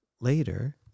Later